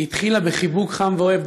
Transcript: היא התחילה בחיבוק חם ואוהב.